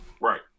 Right